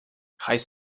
reiß